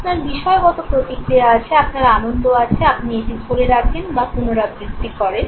আপনার বিষয়গত প্রতিক্রিয়া আছে আপনার আনন্দ আছে আপনি এটি ধরে রাখেন বা পুনরাবৃত্তি করেন